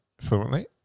fluently